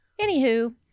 Anywho